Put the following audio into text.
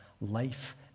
life